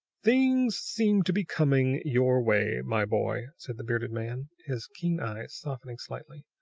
things seem to be coming your way, my boy, said the bearded man, his keen eyes softening slightly.